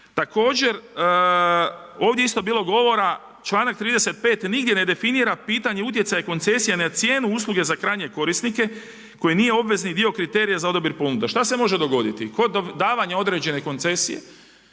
Također ovdje je isto bilo govora članak 35. nigdje ne definira pitanje utjecaj koncesije na cijenu usluge za krajnje korisnike koji nije obvezni dio kriterija za odabir ponuda. Šta se može dogoditi? Kod davanja određene koncesije